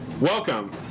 Welcome